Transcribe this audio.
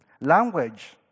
Language